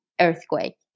earthquake